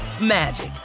magic